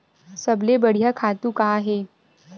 सबले बढ़िया खातु का हे?